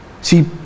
See